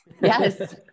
Yes